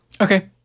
Okay